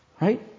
Right